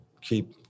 keep